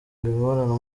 imibonano